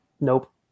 nope